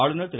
ஆளுநர் திரு